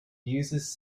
uses